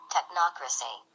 Technocracy